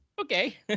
Okay